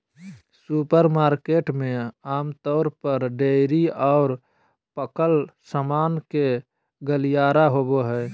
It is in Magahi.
सुपरमार्केट में आमतौर पर डेयरी और पकल सामान के गलियारा होबो हइ